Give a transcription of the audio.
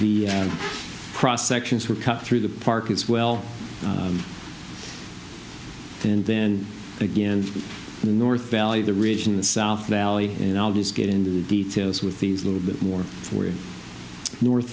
the cross sections were cut through the park as well and then again in the north valley the ridge in the south valley and i'll just get into the details with these little bit more for you north